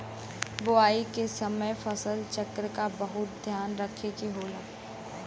बोवाई के समय फसल चक्र क बहुत ध्यान रखे के होला